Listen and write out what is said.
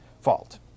fault